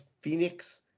Phoenix